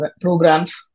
programs